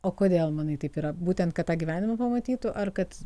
o kodėl manai taip yra būtent kad tą gyvenimą pamatytų ar kad